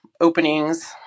openings